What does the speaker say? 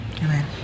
amen